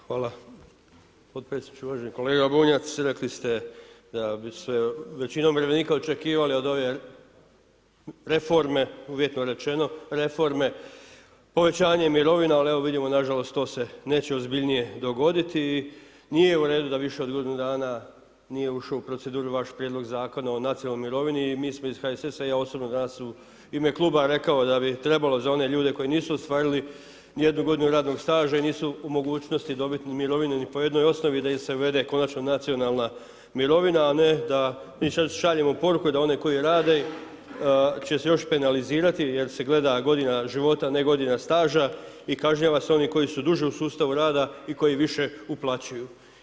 Hvala podpredsjedniče, uvaženi kolega Bunjac rekli ste da bi se većina umirovljenika očekivali od ove reforme, uvjetno rečeno reforme povećanje al vidimo nažalost to neće ozbiljnije dogoditi i nije u redu da više od godinu dana nije ušo u proceduru vaš Prijedlog Zakona o nacionalnoj mirovini i mi smo iz HSS-a i ja osobno danas u ime kluba rekao da bi trebalo za one ljude koji nisu ostvarili ni jednu godinu radnog staža i nisu u mogućnosti dobit mirovinu ni po jednoj osnovi da im se uvede konačno nacionalna mirovina, a ne da mi sad šaljemo poruku i da oni koji rade će se još penalizirati jer se gleda godina života, ne godina staža i kažnjava se oni koji su duže u sustavu rada i koji više uplaćuju.